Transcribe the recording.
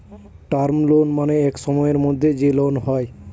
term loan মানে এক সময়ের মধ্যে যে লোন হয়